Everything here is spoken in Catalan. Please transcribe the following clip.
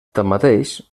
tanmateix